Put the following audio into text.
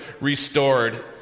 restored